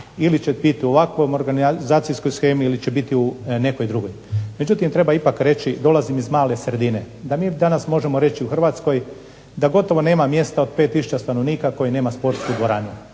Ili će biti u ovakvoj organizacijskoj shemi ili nekoj drugoj. Međutim, treba ipak reći dolazim iz male sredine, da mi danas možemo reći u Hrvatskoj da gotovo nema mjesta od 5 tisuća stanovnika koji nema sportsku dvoranu,